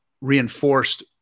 reinforced